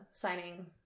signing